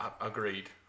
Agreed